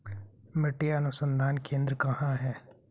मिट्टी अनुसंधान केंद्र कहाँ है?